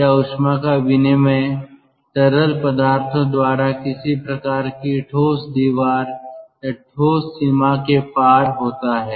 या ऊष्मा का विनिमय तरल पदार्थों द्वारा किसी प्रकार की ठोस दीवार या ठोस सीमा के पार होता हैं